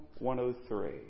103